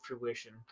fruition